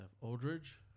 Aldridge